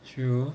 true